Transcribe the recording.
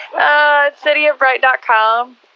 Cityofbright.com